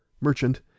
merchant